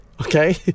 Okay